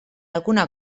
alguna